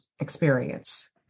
experience